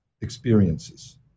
experiences